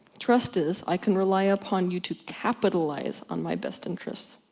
trust is, i can rely upon you to capitalize on my best interests.